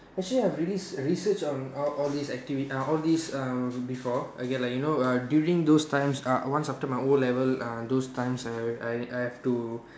actually I've really re~ researched on all all these activities uh all these uh before okay like you know uh during those times uh once after my O-level uh those times I I I have to